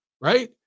right